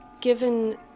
given